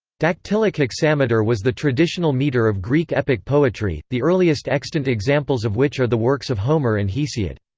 dactylic hexameter was the traditional meter of greek epic poetry, the earliest extant examples of which are the works of homer and hesiod.